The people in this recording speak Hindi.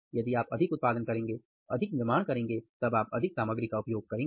यदि आप अधिक उत्पादन करेंगे अधिक निर्माण करेंगे तब आप अधिक सामग्री का उपयोग करेंगे